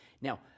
Now